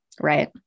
right